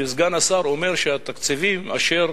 שסגן השר אומר שהתקציבים אשר